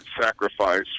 sacrifice